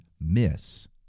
miss